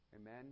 Amen